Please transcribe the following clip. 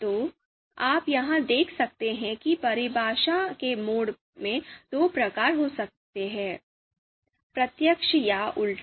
तो आप यहां देख सकते हैं कि परिभाषा के मोड में दो प्रकार हो सकते हैं प्रत्यक्ष या उलटा